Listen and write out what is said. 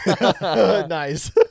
Nice